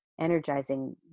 energizing